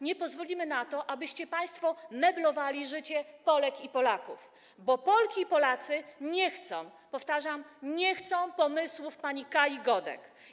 Nie pozwolimy na to, abyście państwo meblowali życie Polek i Polaków, bo Polki i Polacy nie chcą, powtarzam, nie chcą pomysłów pani Kai Godek.